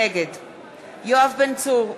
נגד יואב בן צור,